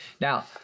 Now